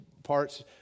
parts